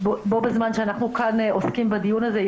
בו בזמן שאנחנו כאן עוסקים בדיון הזה,